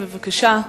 בבקשה.